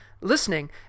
listening